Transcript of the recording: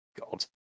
God